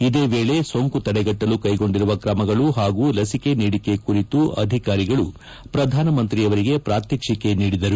ಇದೇ ವೇಳೆ ಸೋಂಕು ತದೆಗಟ್ಟಲು ಕೈಗೊಂಡಿರುವ ಕ್ರಮಗಳು ಹಾಗೂ ಲಸಿಕೆ ನೀಡಿಕೆ ಕುರಿತು ಅಧಿಕಾರಿಗಳು ಪ್ರಧಾನಮಂತ್ರಿಯವರಿಗೆ ಪ್ರಾತ್ಯಕ್ಷಿಕೆ ನೀಡಿದರು